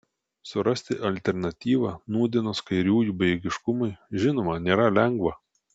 surasti alternatyvą nūdienos kairiųjų bejėgiškumui žinoma nėra lengva